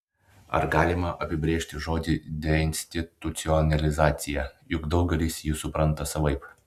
ar galima apibrėžti žodį deinstitucionalizacija juk daugelis jį supranta savaip